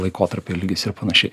laikotarpiu elgiasi ir panašiai